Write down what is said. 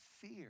fear